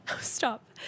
Stop